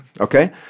okay